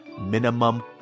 minimum